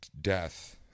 death